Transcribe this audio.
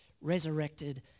resurrected